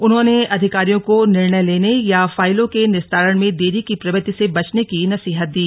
उन्होंने अधिकारियों को निर्णय लेने या फाईलों के निस्तारण में देरी की प्रवृत्ति से बचने की नसीहत दी